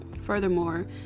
furthermore